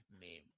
name